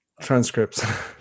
Transcripts